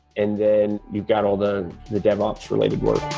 and then you've got all the the dev ops related work.